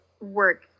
work